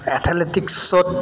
এথলেটিক্সত